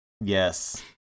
Yes